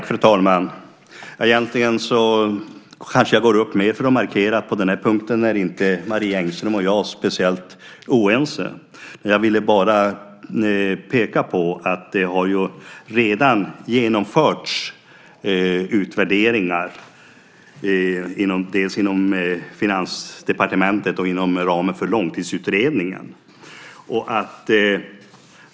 Fru talman! Egentligen kanske jag går upp i talarstolen mer för att markera att på den här punkten är inte Marie Engström och jag speciellt oense. Jag ville bara peka på att det redan har genomförts utvärderingar, dels inom Finansdepartementet, dels inom ramen för Långtidsutredningen.